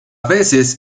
veces